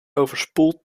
overspoeld